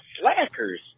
slackers